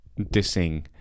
dissing